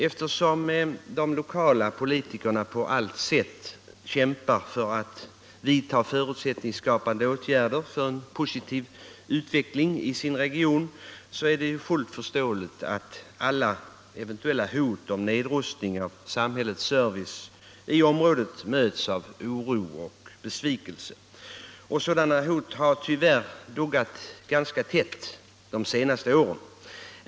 Eftersom de lokala politikerna på allt sätt kämpat för att vidta förutsättningskapande åtgärder för en positiv utveckling i sin region är det fullt förståeligt att alla eventuella hot om nedrustning av samhällets service i området möts med oro och besvikelse. Och sådana hot har tyvärr duggat ganska tätt de senaste åren.